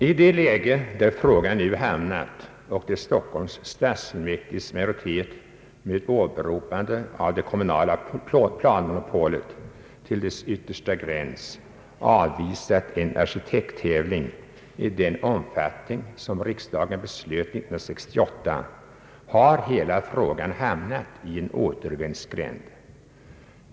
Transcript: När Stockholms stadsfullmäktiges majoritet med åberopande av det kommunala planmonopolet till dess yttersta gräns har avvisat en arkitekttävling i den omfattning som riksdagen beslöt 1968, har hela frågan hamnat i en återvändsgränd.